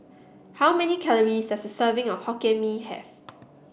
how many calories does a serving of Hokkien Mee have